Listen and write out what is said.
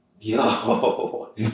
yo